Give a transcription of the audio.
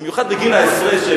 במיוחד בגיל העשרה.